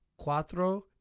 cuatro